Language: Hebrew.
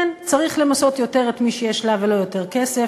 כן, צריך למסות יותר את מי שיש לה ולו יותר כסף.